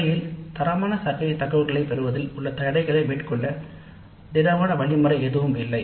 உண்மையில் தரமான சர்வே டேட்டாவை பெறுவதில் உள்ள தடைகளை மேற்கொள்ள திடமான வழி முறை எதுவும் இல்லை